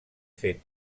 fet